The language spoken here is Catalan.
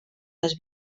les